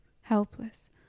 helpless